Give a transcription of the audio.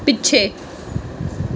ਪਿੱਛੇ